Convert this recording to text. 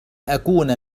أكون